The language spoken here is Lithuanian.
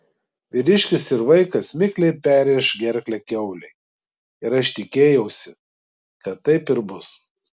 vyriškis ir vaikas mikliai perrėš gerklę kiaulei ir aš tikėjausi kad taip ir bus